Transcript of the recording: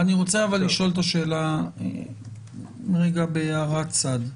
אני רוצה לשאול שאלה בהערת צד,